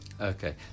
okay